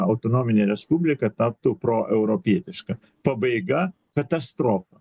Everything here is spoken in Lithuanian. autonominė respublika taptų proeuropietiška pabaiga katastrofa